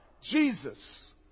Jesus